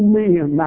men